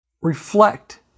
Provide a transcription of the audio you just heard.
Reflect